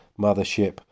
Mothership